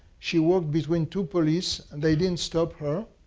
she walked between two police and they didn't stop her.